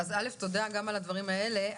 תודה על הדברים האלה.